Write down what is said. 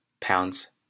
pounds